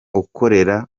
akorera